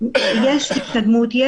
יש שינוי והתקדמות.